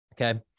Okay